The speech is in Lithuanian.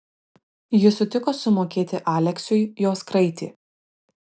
jis sutiko sumokėti aleksiui jos kraitį